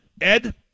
Ed